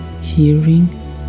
hearing